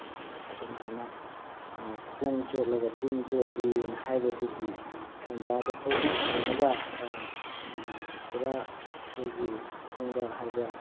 ꯑꯗꯨꯝꯍꯥꯏꯅ ꯈꯣꯡ ꯆꯣꯠꯂꯒ ꯆꯤꯟ ꯆꯣꯠꯂꯤꯅ ꯍꯥꯏꯕꯗꯨꯒꯤ ꯇꯟꯖꯥꯗꯨ ꯐꯥꯎꯗꯤ ꯐꯪꯉꯒ ꯄꯨꯔꯥ ꯑꯩꯈꯣꯏꯒꯤ ꯁꯥꯐꯣꯡꯕ ꯍꯥꯏꯕ